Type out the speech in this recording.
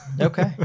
Okay